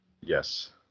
Yes